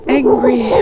angry